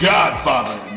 Godfather